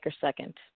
second